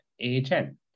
AHN